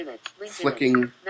flicking